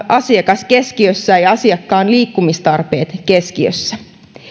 asiakas ja ja asiakkaan liikkumistarpeet keskiössä